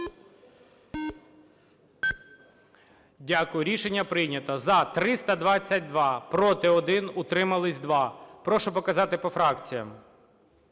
Дякую. Рішення прийнято. За – 322, проти – 1, утрималось – 2. Прошу показати по фракціях.